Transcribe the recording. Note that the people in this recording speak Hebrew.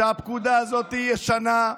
שהפקודה הזאת ישנה,